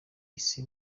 isi